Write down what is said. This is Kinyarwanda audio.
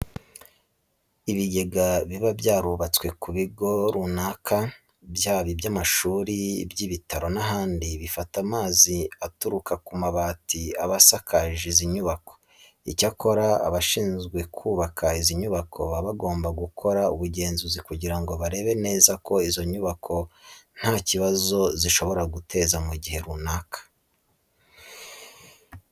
Ibigega biba byarubatswe ku bigo runaka byaba iby'amashuri, iby'ibitaro n'ahandi, bifata amazi aturuka ku mabati aba asakaje izi nyubako. Icyakora abashinzwe kubaka izi nyubako baba bagomba gukora ubugenzuzi kugira ngo barebe neza ko izo nyubako nta kibazo zishobora guteza mu gihe runaka.